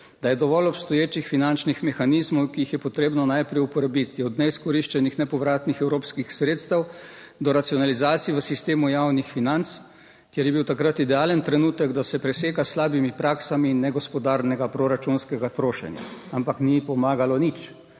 Da je dovolj obstoječih finančnih mehanizmov, ki jih je potrebno najprej uporabiti, od neizkoriščenih nepovratnih evropskih sredstev do racionalizacije v sistemu javnih financ, kjer je bil takrat idealen trenutek, da se preseka s slabimi praksami negospodarnega proračunskega trošenja, ampak ni pomagalo nič.